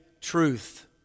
truth